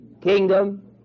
kingdom